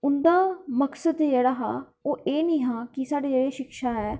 इंदा मक्सद जेह्ड़ा हा ओह् एह् निहा की साढ़ी जेह्ड़ी एह् शिक्षा ऐ